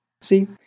See